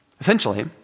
Essentially